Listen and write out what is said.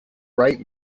bright